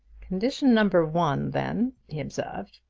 condition number one, then, he observed,